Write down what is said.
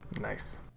Nice